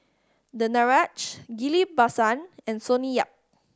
Danaraj Ghillie Basan and Sonny Yap